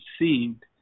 received